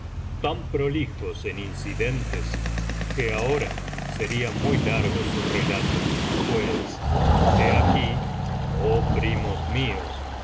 tan prolijos en incidentes que ahora sería muy largo su relato pues he aquh oh primos míos